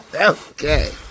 okay